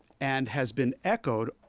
and has been echoed,